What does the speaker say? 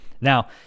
now